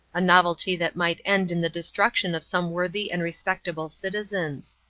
a novelty that might end in the destruction of some worthy and respectable citizens.